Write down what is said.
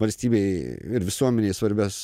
valstybei ir visuomenei svarbias